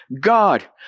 God